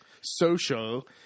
social